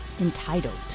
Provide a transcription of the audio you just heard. entitled